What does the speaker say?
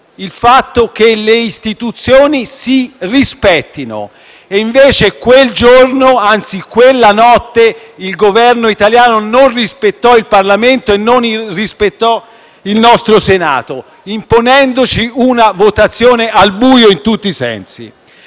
il fatto che le istituzioni si rispettano. Invece, quel giorno, anzi, quella notte, il Governo italiano non rispettò il Parlamento e non rispettò il Senato, imponendoci una votazione al buio in tutti i sensi.